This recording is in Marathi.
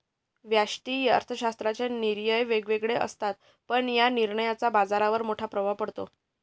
व्यष्टि अर्थशास्त्राचे निर्णय वेगळे असतात, पण या निर्णयांचा बाजारावर मोठा प्रभाव पडतो